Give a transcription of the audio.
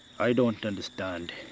i don't understand,